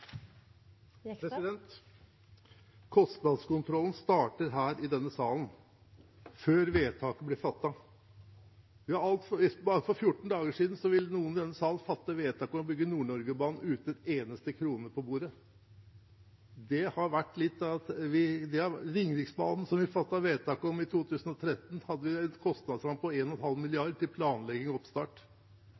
Kostnadskontrollen starter her i denne salen, før vedtak blir fattet. Bare for 14 dager siden ville noen i denne salen fatte vedtak om å bygge Nord-Norge-banen uten en eneste krone på bordet. Ringeriksbanen, som vi fattet vedtak om i 2013, hadde en kostnadsramme på 1,5 mrd. kr til planlegging og oppstart. Follobanen hadde en